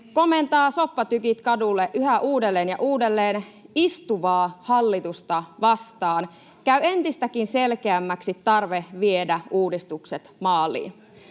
komentaa soppatykit kadulle yhä uudelleen ja uudelleen istuvaa hallitusta vastaan, käy entistäkin selkeämmäksi tarve viedä uudistukset maaliin.